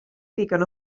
ddigon